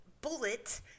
Bullet